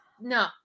no